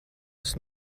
tas